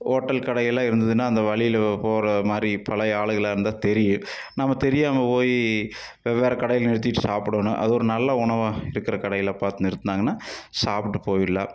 hotel கடைகள்லாம் இருந்ததுனால் அந்த வழியில் போகிற மாதிரி பழைய ஆளுகள்லாம் இருந்தால் தெரியும் நம்ம தெரியாமல் போய் வேறே கடைங்களில் நிறுத்திட்டு சாப்புடணும் அது ஒரு நல்ல உணவாக இருக்கிற கடையில் பார்த்து நிறுத்துனாங்கன்னால் சாப்பிட்டு போயிடலாம்